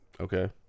okay